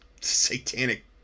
satanic